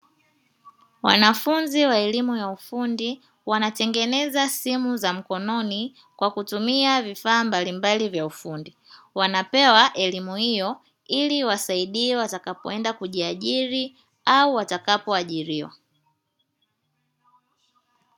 Wanafunzi wa elimu ya ufundi wanatengeneza simu za mkononi kwa kutumia vifaa mbalimbali vya ufundi. Wanapewa elimu hiyo ili iwasaidie watakapoenda kujiajiri au watakapoajiriwa.